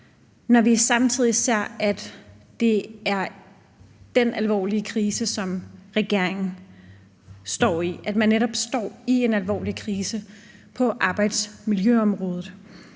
når vi samtidig ser, at der er den alvorlige krise, som regeringen står i. Man står netop i en alvorlig krise på arbejdsmiljøområdet,